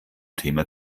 thema